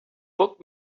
book